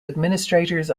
administrators